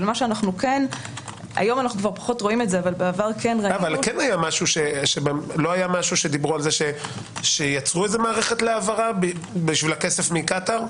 לא היה משהו שדיברו על זה שייצרו מערכת להעברה בשביל הכסף מקטאר?